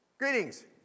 Greetings